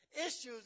issues